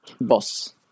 Boss